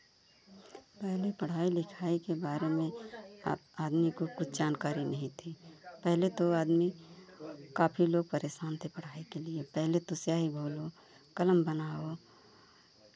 पहले पढ़ाई लिखाई के बारे में आप आदमी को कुछ जानकारी नहीं थी पहले तो आदमी काफी लोग परेशान थे पढ़ाई के लिए पहले तो स्याही घोलो कलम बनाओ